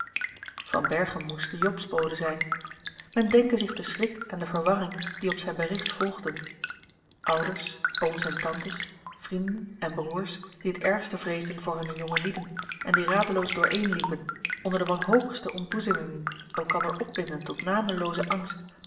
van berchem moest de jobsbode zijn men denke zich den schrik en de verwarring die op zijn bericht volgden ouders ooms en tantes vrienden en broeders die het ergste vreesden voor hunne jongelieden en die radeloos dooreenliepen onder de wanhopigste ontboezemingen elkander opwindend tot nameloozen angst